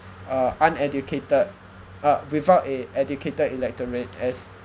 uh uneducated uh without a educated electorate as